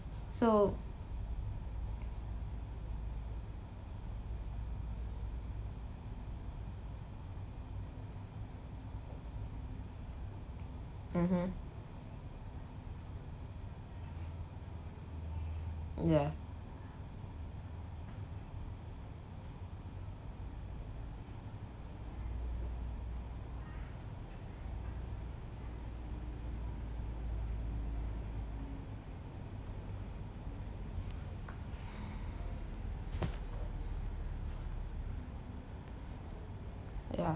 so mmhmm ya ya